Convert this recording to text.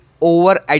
over